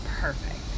perfect